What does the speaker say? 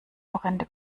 horrende